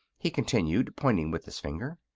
he continued, pointing with his finger.